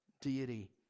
deity